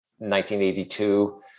1982